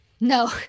no